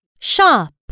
shop